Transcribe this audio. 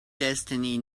destiny